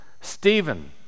stephen